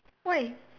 why